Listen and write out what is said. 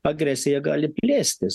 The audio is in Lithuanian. agresija gali plėstis